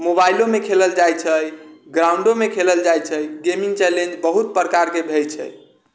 मोबाइलोमे खेलल जाइ छै ग्राउंडोमे खेलल जाइ छै गेमिंग चैलेंज बहुत प्रकारके होइ छै